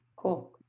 Cool